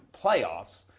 playoffs